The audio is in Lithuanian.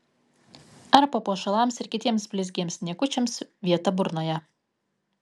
ar papuošalams ir kitiems blizgiems niekučiams vieta burnoje